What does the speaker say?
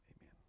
Amen